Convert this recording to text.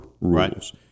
rules